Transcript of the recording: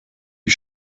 wie